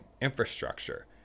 infrastructure